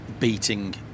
beating